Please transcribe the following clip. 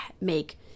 make